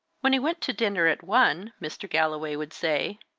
when he went to dinner at one, mr. galloway would say,